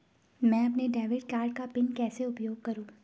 मैं अपने debit card का पिन कैसे उपयोग करूँ?